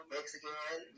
Mexican